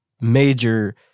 major